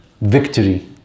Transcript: victory